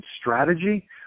strategy